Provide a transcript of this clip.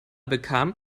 bekam